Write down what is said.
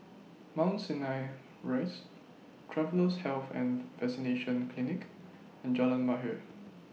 Mount Sinai Rise Travellers' Health and Vaccination Clinic and Jalan Mahir